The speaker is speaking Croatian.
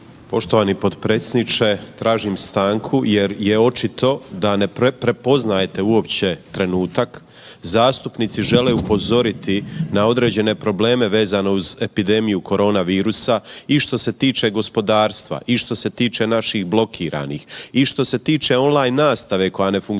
Poštovani potpredsjedniče tražim stanku jer je očito da ne prepoznaje uopće trenutak. Zastupnici žele upozoriti na određene probleme vezano uz epidemiju korona virusa i što se tiče gospodarstva i što se tiče naših blokiranih i što se tiče on line nastave, koja ne funkcionira,